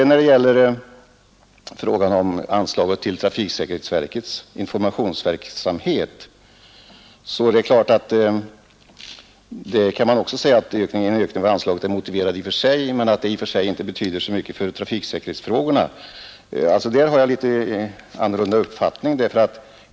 När det gäller anslaget till trafiksäkerhetsverkets informationsverksamhet är det klart att man kan säga att en ökning är en ökning och att anslaget är motiverat men i och för sig inte betyder så mycket för trafiksäkerhetsfrågorna. Jag har emellertid en litet annorlunda uppfattning.